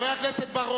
אין להם ראש ממשלה.